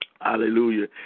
hallelujah